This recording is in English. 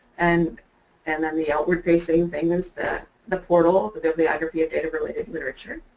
and and then the outward-facing thing is the the portal, the bibliography of data-related literature,